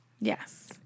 yes